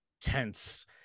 tense